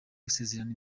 gusezerana